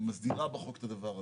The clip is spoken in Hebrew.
שמסדירה בחוק את הדבר הזה.